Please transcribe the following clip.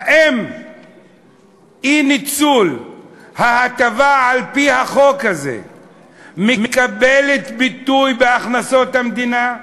האם אי-ניצול ההטבה על-פי החוק הזה מקבל ביטוי בהכנסות המדינה,